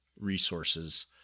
resources